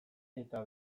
eta